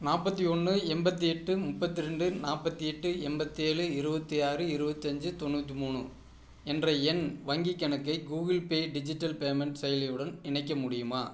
நாற்பத்தி ஒன்று எண்பத்தி எட்டு முப்பத்தி ரெண்டு நாற்பத்தி எட்டு எண்பத்தேலு இருபத்தி ஆறு இருபத்தஞ்சி தொண்ணூற்றி மூணு என்ற என் வங்கிக் கணக்கை கூகிள் பே டிஜிட்டல் பேமெண்ட் செயலியுடன் இணைக்க முடியுமா